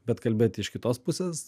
bet kalbėti iš kitos pusės